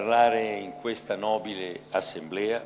לשאת דברים בפני מליאה